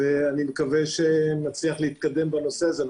אני מקווה שנצליח להתקדם בנושא הזה.